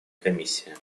комиссия